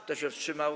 Kto się wstrzymał?